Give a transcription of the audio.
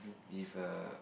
with a